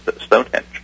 Stonehenge